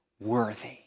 worthy